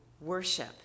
worship